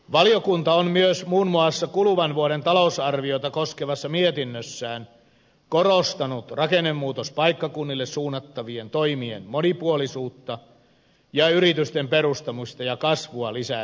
valiokunta on myös muun muassa kuluvan vuoden talousarviota koskevassa mietinnössään korostanut rakennemuutospaikkakunnille suunnattavien toimien monipuolisuutta ja yritysten perustamista ja kasvua lisääviä elementtejä